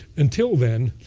until then,